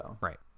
right